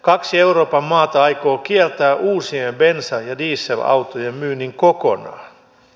kaksi euroopan maata aikoo kieltää uusien bensa ja dieselautojen myynnin kokonaan